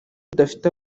udafite